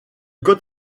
code